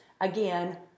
again